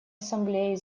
ассамблеи